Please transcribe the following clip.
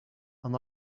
and